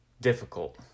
difficult